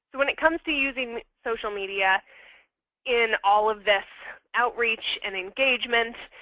when it comes to using social media in all of this outreach, and engagement,